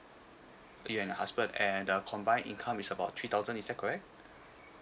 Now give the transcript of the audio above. you and your husband and the combine income is about three thousand is that correct